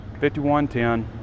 51-10